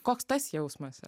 koks tas jausmas yr